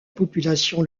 population